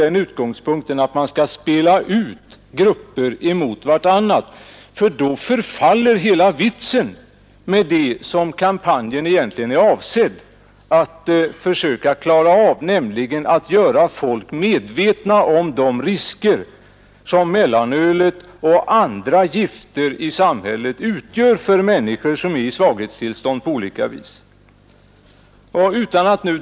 Den får inte skötas så att man spelar ut grupper mot varandra, ty då förfaller hela avsikten med informationskampanjen, som är att göra människorna medvetna om de risker mellanölet och andra gifter i samhället utgör för personer som på olika sätt befinner sig i ett svaghetstillstånd.